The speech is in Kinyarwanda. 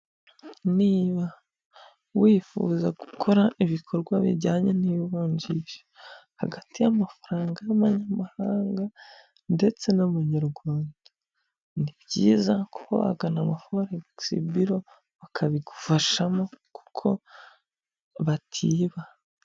Niba wifuza gukora ibikorwa bijyanye n'ivunjisha hagati y'amafaranga y'amanyamahanga ndetse n'amanyarwanda, ni byiza kuba wagana abaforekisi biro bakabigufashamo, kuko batiba.